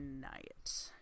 night